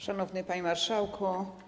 Szanowny Panie Marszałku!